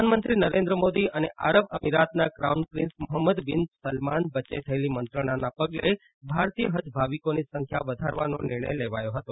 પ્રધાનમંત્રી નરેન્દ્રમોદી અને આરબ અમીરાતના crown prince Muhammad bin Salman વચ્ચે થયેલી મંત્રણાના પગલે ભારતીય હજ ભાવિકોની સંખ્યા વધારાનો નિર્ણય લેવાયો હતો